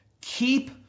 keep